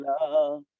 love